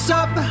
up